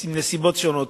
מסיבות שונות,